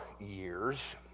years